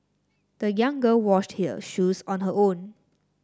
the young girl washed her shoes on her own